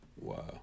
Wow